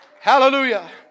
Hallelujah